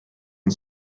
and